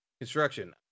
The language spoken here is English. construction